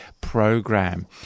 program